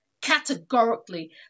categorically